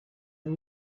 and